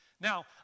now